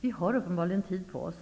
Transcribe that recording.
Vi har uppenbarligen tid på oss.